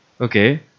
Okay